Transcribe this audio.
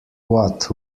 what